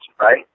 right